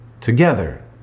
together